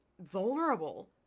vulnerable